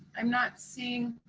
i'm not seeing